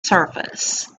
surface